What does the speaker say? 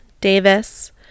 Davis